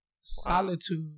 solitude